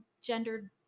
gendered